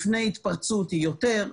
לפני התפרצות היא יותר,